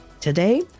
Today